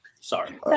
Sorry